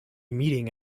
meeting